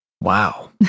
Wow